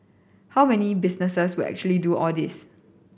how many businesses will actually do all this